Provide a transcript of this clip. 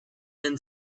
and